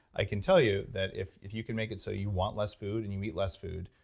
i can tell you that if if you can make it so you want less food and you eat less food,